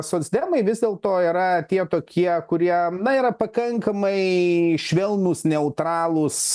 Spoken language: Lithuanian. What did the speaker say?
socdemai vis dėlto yra tie tokie kurie na yra pakankamai švelnūs neutralūs